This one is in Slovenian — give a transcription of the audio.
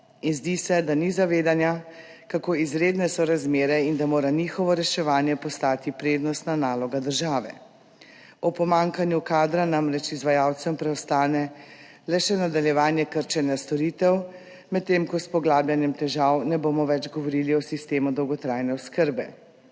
in zdi se, da ni zavedanja, kako izredne so razmere in da mora njihovo reševanje postati prednostna naloga države. Ob pomanjkanju kadra namreč izvajalcem preostane le še nadaljevanje krčenja storitev, medtem ko s poglabljanjem težav ne bomo več govorili o sistemu dolgotrajne oskrbe.«